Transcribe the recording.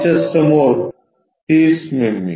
च्या समोर 30 मिमी